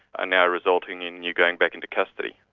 ah now resulting in you going back into custody.